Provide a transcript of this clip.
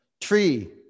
Tree